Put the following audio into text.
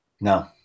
no